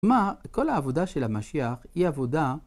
מה, כל העבודה של המשיח היא עבודה